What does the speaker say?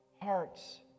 Hearts